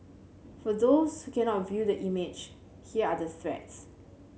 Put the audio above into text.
for those who cannot view the image here are the threats